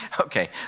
Okay